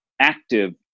active